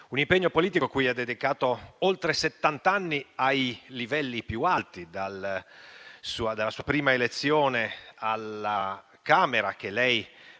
impegno politico, cui ha dedicato oltre settant'anni, ai livelli più alti, dalla sua prima elezione alla Camera, che lei, presidente